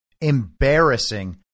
embarrassing